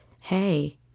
hey